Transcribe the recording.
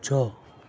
છ